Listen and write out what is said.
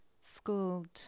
schooled